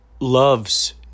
loves